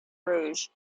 rouge